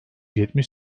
yetmiş